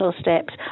steps